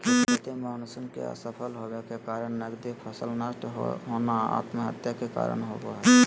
खेती मानसून के असफल होबय के कारण नगदी फसल नष्ट होना आत्महत्या के कारण हई